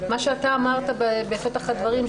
מה שאתה אמרת בפתח הדברים,